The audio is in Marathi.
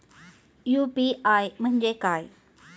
यु.पी.आय म्हणजे काय?